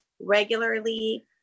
regularly